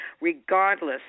regardless